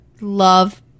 love